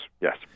yes